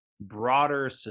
broader